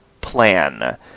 plan